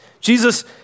Jesus